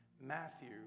Matthew